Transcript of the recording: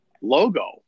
logo